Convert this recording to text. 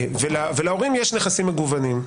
ולהורים שלו יש נכסים מגוונים.